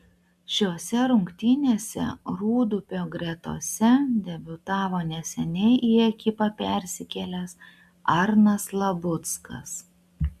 šiose rungtynėse rūdupio gretose debiutavo neseniai į ekipą persikėlęs arnas labuckas